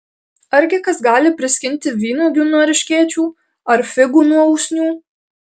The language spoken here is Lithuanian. argi kas gali priskinti vynuogių nuo erškėčių ar figų nuo usnių